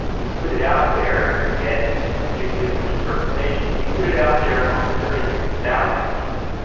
you put it out there and you get a few different interpretations. when you put it out there among thirty six thousand people,